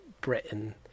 Britain